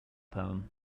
poem